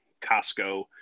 Costco